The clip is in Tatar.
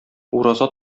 ураза